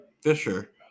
Fisher